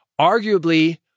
arguably